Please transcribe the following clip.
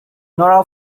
nora